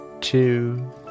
two